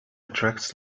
attracts